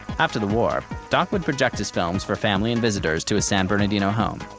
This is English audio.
after the war, doc would project his films for family and visitors to his san bernardino home.